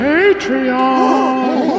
Patreon